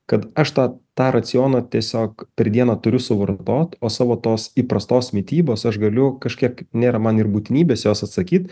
kad aš tą tą racioną tiesiog per dieną turiu suvartot o savo tos įprastos mitybos aš galiu kažkiek nėra man ir būtinybės jos atsakyti